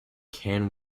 can